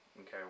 okay